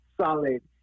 solid